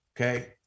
Okay